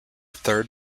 third